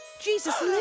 Jesus